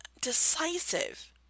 decisive